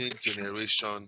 generation